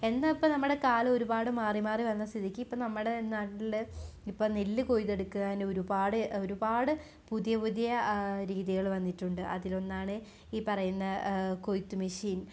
എന്നാൽ ഇപ്പോൾ നമ്മുടെ കാലം ഒരുപാട് മാറി മാറി വന്ന സ്ഥിതിക്ക് ഇപ്പോൾ നമ്മുടെ നാട്ടിൽ ഇപ്പോൾ നെല്ല് കൊയ്തെടുക്കാൻ ഒരുപാട് ഒരുപാട് പുതിയ പുതിയ രീതികൾ വന്നിട്ടുണ്ട് അതിലൊന്നാണ് ഈ പറയുന്ന കൊയ്ത്ത് മെഷീൻ